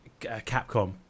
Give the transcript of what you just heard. Capcom